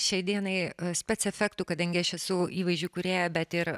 šiai dienai spec efektų kadangi aš esu įvaizdžio kūrėja bet ir